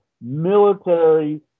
military